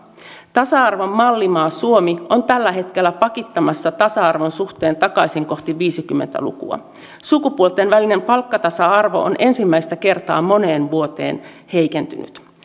tasa arvon mallimaa suomi on tällä hetkellä pakittamassa tasa arvon suhteen takaisin kohti viisikymmentä lukua sukupuolten välinen palkkatasa arvo on ensimmäistä kertaa moneen vuoteen heikentynyt